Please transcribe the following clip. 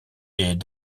est